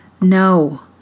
No